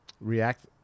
react